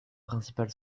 principale